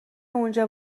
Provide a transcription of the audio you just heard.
اونجا